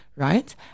Right